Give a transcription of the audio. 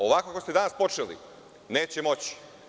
Ovako kako ste danas počeli, neće moći.